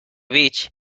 which